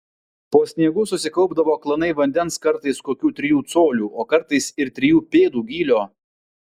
po sniegu susikaupdavo klanai vandens kartais kokių trijų colių o kartais ir trijų pėdų gylio